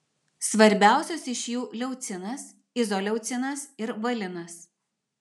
svarbiausios iš jų leucinas izoleucinas ir valinas